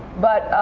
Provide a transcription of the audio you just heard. but